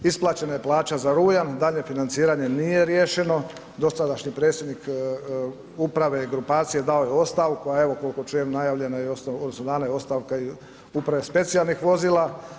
Isplaćena je plaća za rujan, daljnje financiranje nije riješeno, dosadašnji predsjednik uprave, grupacije, dao je ostavku a evo koliko čujem najavljeno je, odnosno dana je i ostavka uprave specijalnih vozila.